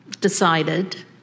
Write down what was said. decided